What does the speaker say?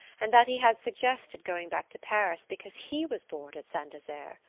and that he had suggested going back to paris because he was bored at saint desert?